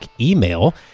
Email